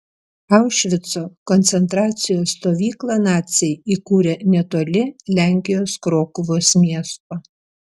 aušvico koncentracijos stovyklą naciai įkūrė netoli lenkijos krokuvos miesto